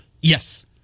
Yes